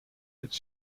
its